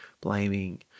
blaming